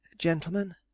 Gentlemen